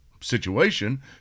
situation